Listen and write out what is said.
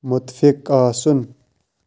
مُتفِق آسُن